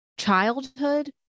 Childhood